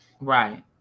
right